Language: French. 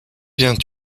viens